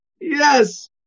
yes